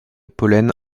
pollen